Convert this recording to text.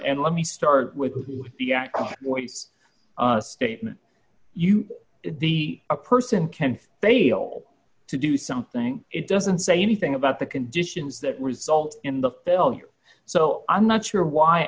and let me start with the act of a statement you the a person can't fail to do something it doesn't say anything about the conditions that result in the failure so i'm not sure why